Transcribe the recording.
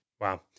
wow